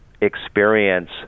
experience